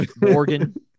Morgan